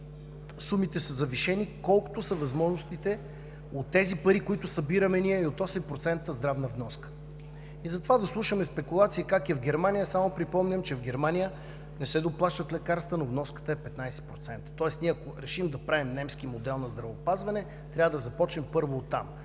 сумите са завишени, колкото са възможностите от тези пари, които събираме ние и от 8% здравна вноска. Затова да слушаме спекулации как е в Германия… Само припомням, че в Германия не се доплащат лекарства, но вноската е 15%. Тоест, ако ние решим да правим немски модел на здравеопазване, трябва да започнем първо оттам